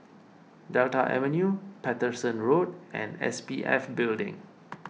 Delta Avenue Paterson Road and S P F Building